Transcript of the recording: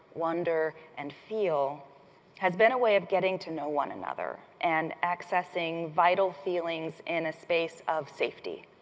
wonder, and feel has been a way of getting to know one another, and accessing vital feelings in a space of safety.